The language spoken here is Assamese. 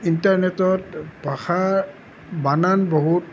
ইণ্টাৰনেটত ভাষাৰ বানান বহুত